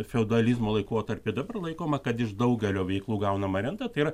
feodalizmo laikotarpy dabar laikoma kad iš daugelio veiklų gaunama renta tai yra